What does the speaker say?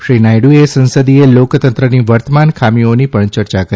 શ્રી નાયડુએ સંસદીય લોકતંત્રની વર્તમાન ખામીઓની પણ ચર્ચા કરી